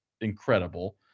incredible